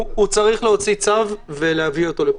הוא צריך להוציא צו ולהביא אותו לפה.